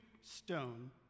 stone